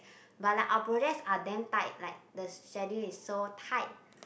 but like our projects are damn tight like the schedule is so tight